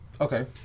Okay